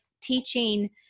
teaching